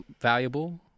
valuable